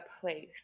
place